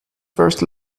first